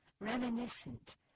reminiscent